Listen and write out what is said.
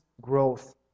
growth